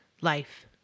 life